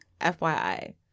FYI